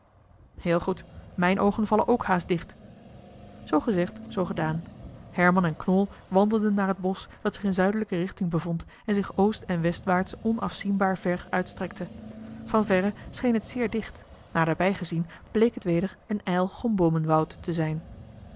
heel goed mijne oogen vallen ook haast dicht zoo gezegd zoo gedaan herman en knol wandelden naar het bosch dat zich in zuidelijke richting bevond en zich oost en westwaarts onafzienbaar ver uitstrekte van verre scheen het zeer dicht naderbij gezien bleek het weder een ijl gomboomenwoud te zijn